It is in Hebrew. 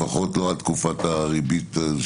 לפחות לא עד התקופה של עליית הריבית.